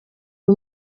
uyu